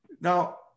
Now